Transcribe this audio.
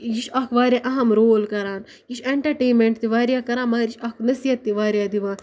یہِ چھِ اَکھ واریاہ اہم رول کَران یہِ چھِ اٮ۪نٹَرٹینمٮ۪نٛٹ تہِ واریاہ کَران مگر یہِ چھِ اَکھ نصیٖحت تہِ واریاہ دِوان